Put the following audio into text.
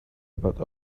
about